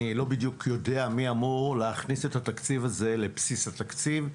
אני לא בדיוק יודע מי אמור להכניס את התקציב הזה לבסיס התקציב,